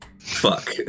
Fuck